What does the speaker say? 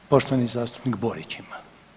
Poštovani zastupnik Borić ima.